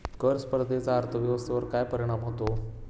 कर स्पर्धेचा अर्थव्यवस्थेवर काय परिणाम होतो?